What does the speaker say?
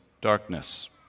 darkness